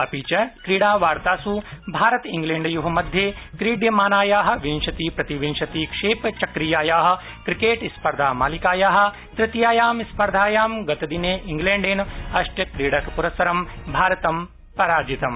अपि च क्रीडावार्तासु भारत ख़िण्डयोः मध्ये क्रीड्यमानायाः विंशति प्रतिविंशति क्षेपचक्रीयायाः क्रिकेट स्पर्धा मालिकायाः तृतीयायां स्पर्धायां गतदिने स्लैण्डेन अष्ट क्रीडक पुरस्सरं भारतं पराजितम्